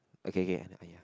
okay k !aiya!